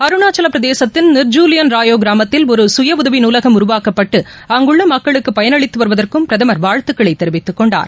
அருணாச்சல பிரதேசத்தின் நிர்ஜுலியின் ராயோ கிராமத்தில் ஒரு சுய உதவி நூலகம் உருவாக்கப்பட்டு அங்குள்ள மக்களுக்கு பயனளித்து வருவதற்கும் பிரதமர் வாழ்த்துகளை தெரிவித்துக்கொண்டார்